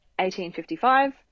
1855